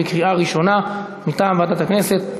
מטעם ועדת הכנסת,